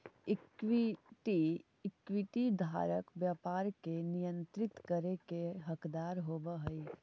equity धारक व्यापार के नियंत्रित करे के हकदार होवऽ हइ